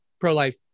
pro-life